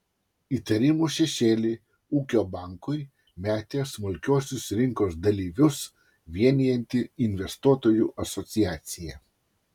įtarimų šešėlį ūkio bankui metė smulkiuosius rinkos dalyvius vienijanti investuotojų asociacija